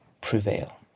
prevail